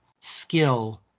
skill